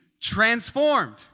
transformed